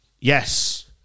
yes